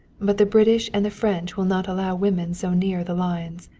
but the british and the french will not allow women so near the lines.